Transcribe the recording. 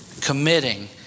committing